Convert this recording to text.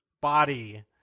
body